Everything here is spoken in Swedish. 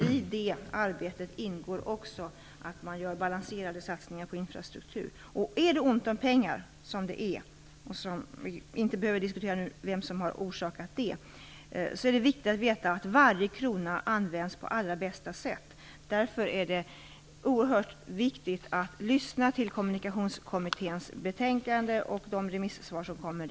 I det arbetet ingår också att man gör balanserade satsningar på infrastruktur. Är det ont om pengar - och det är det, och vi behöver inte diskutera vem som har orsakat det - är det viktigt att veta att varje krona används på allra bästa sätt. Därför är det oerhört viktigt att lyssna till Kommunikationskommitténs betänkande och de remissvar som kommer.